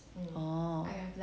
orh